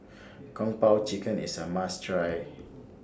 Kung Po Chicken IS A must Try